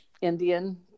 Indian